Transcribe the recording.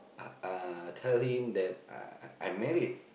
uh uh tell him that I I married